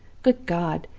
good god!